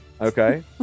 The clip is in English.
okay